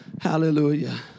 Hallelujah